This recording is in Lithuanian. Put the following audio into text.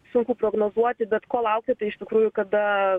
sunku prognozuoti bet ko laukti tai iš tikrųjų kada